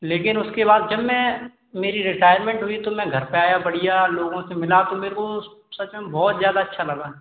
लेकिन उसके बाद जब मैं मेरी रिटायरमेंट हुई तो मैं घर पर आया बढ़िया लोगों से मिला तो मेरे को सच में बहुत ज़्यादा अच्छा लगा